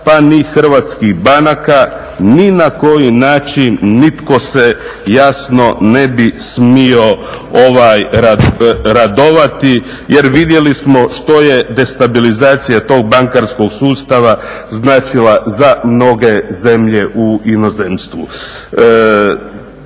pa ni hrvatskih banaka ni na koji način nitko se jasno ne bi smio radovati jer vidjeli smo što je destabilizacija tog bankarskog sustava značila za mnoge zemlje u inozemstvu.